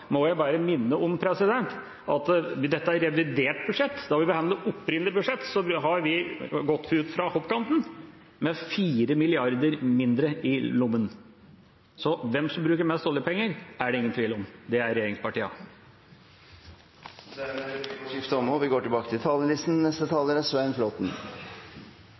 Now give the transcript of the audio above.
må jeg bare minne om at dette er revidert budsjett. Da vi behandlet det opprinnelige budsjettet, gikk vi ut fra hoppkanten med 4 mrd. kr mindre i lommene. Så hvem som bruker mest oljepenger, er det ingen tvil om – det er regjeringspartiene. Dermed er replikkordskiftet omme. La meg dele de to foregående hovedtaleres deltakelse når det gjelder det som har skjedd i Storbritannia. Vi